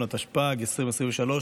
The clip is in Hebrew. התשפ"ג 2023,